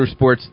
motorsports